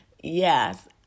yes